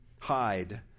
hide